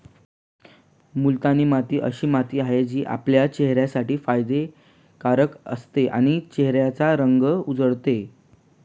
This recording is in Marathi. मुलतानी माती अशी माती आहे, जी आपल्या चेहऱ्यासाठी फायदे कारक असते आणि चेहऱ्याचा रंग उजळते